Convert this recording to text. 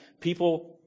people